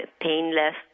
painless